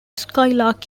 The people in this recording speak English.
skylark